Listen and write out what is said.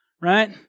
right